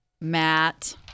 Matt